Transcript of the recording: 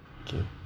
okay